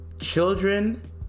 children